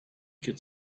could